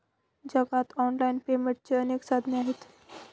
जगात ऑनलाइन पेमेंटची अनेक साधने आहेत